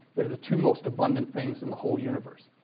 they're the two most abundant things in the whole universe.